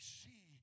see